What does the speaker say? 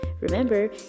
Remember